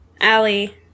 Allie